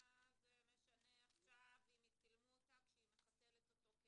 מה זה משנה עכשיו אם יצלמו אותה מחתלת אותו?